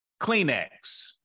Kleenex